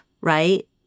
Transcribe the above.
right